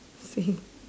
same